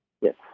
Yes